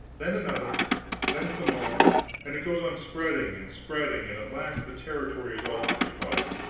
then another then some more and it goes on spreading and spreading, and at last the territory is all occupied,